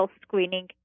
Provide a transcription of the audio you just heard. screening